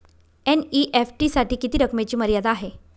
NEFT साठी किती रकमेची मर्यादा आहे?